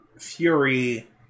Fury